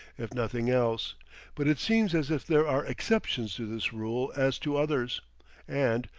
if nothing else but it seems as if there are exceptions to this rule as to others and,